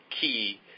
key